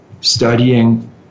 studying